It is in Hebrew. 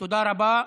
תודה רבה.